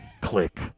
Click